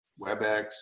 WebEx